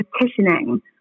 petitioning